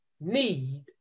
need